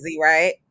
right